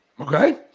Okay